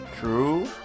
True